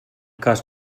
cas